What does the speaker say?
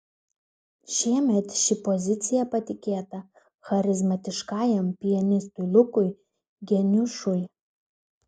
šiemet ši pozicija patikėta charizmatiškajam pianistui lukui geniušui